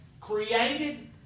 created